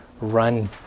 run